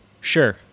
sure